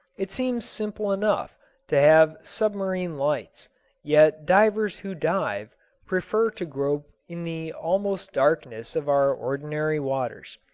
it seems simple enough to have submarine lights yet divers who dive prefer to grope in the almost darkness of our ordinary waters.